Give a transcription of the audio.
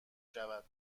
شود